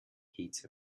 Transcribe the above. heat